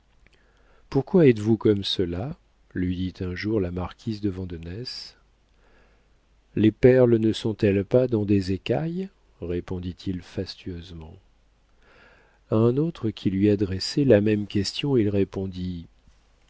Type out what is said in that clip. pourquoi êtes-vous comme cela lui dit un jour la marquise de vandenesse les perles ne sont-elles pas dans des écailles répondit-il fastueusement a un autre qui lui adressait la même question il répondit